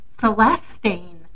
Celestine